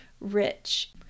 rich